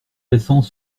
récents